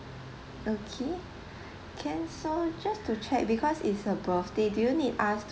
okay can so just to check because it's a birthday do you need us